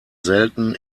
selten